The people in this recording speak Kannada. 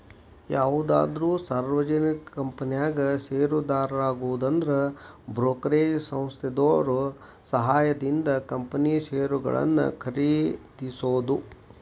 ಯಾವುದಾದ್ರು ಸಾರ್ವಜನಿಕ ಕಂಪನ್ಯಾಗ ಷೇರುದಾರರಾಗುದಂದ್ರ ಬ್ರೋಕರೇಜ್ ಸಂಸ್ಥೆದೋರ್ ಸಹಾಯದಿಂದ ಕಂಪನಿ ಷೇರುಗಳನ್ನ ಖರೇದಿಸೋದು